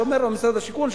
משרד השיכון,